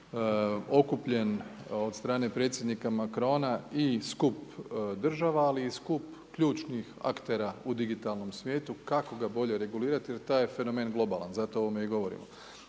je okupljen od strane predsjednika Macrona i skup država ali i skup ključnih aktera u digitalnom svijetu kako ga bolje regulirati jer taj je fenomen globalan, zato o ovome i govorimo.